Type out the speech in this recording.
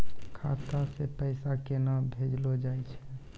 खाता से पैसा केना भेजलो जाय छै?